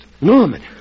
Norman